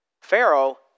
Pharaoh